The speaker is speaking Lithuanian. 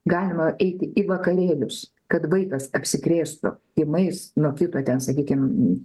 galima eiti į vakarėlius kad vaikas apsikrėstų tymais nuo kito ten sakykim